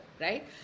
right